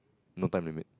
no time limit